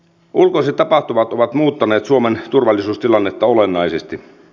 ulkoiset tapahtumat ovat muuttaneet suomen turvallisuustilannetta olennaisesti